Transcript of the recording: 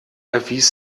erwies